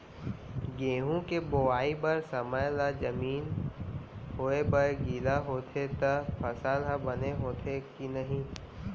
गेहूँ के बोआई बर समय ला जमीन होये बर गिला होथे त फसल ह बने होथे की नही?